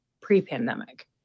pre-pandemic